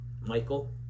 Michael